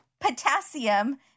potassium